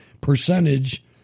percentage